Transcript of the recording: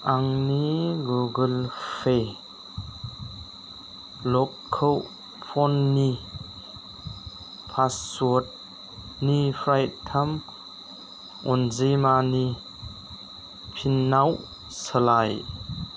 आंनि Google Pay लकखौ फननि पासवार्डनिफ्राय थाम अनजिमानि पिनाव सोलाय